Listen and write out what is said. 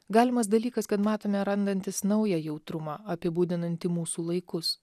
galimas dalykas kad matome randantis naują jautrumą apibūdinantį mūsų laikus